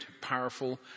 powerful